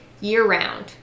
year-round